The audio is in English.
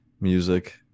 music